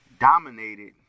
dominated